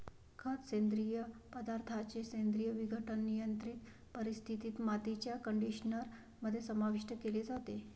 खत, सेंद्रिय पदार्थांचे सेंद्रिय विघटन, नियंत्रित परिस्थितीत, मातीच्या कंडिशनर मध्ये समाविष्ट केले जाते